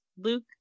luke